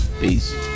Peace